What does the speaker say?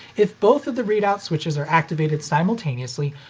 if both of the readout switches are activated simultaneously,